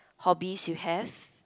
hobbies you have